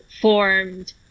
formed